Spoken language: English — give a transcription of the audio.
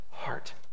heart